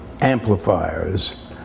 amplifiers